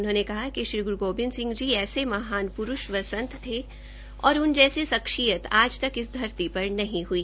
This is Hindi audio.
उन्होने कहा कि श्री ग्रु गोबिंद सिंह जी ऐसे महान प्रूष व संत थे और उन जैसी शक्सियत आज तक इस धरती पर नहीं हई